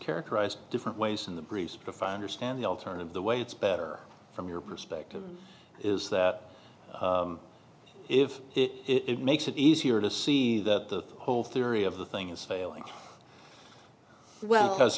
characterized different ways in the breeze for funders and the alternative the way it's better from your perspective is that if it makes it easier to see that the whole theory of the thing is failing well because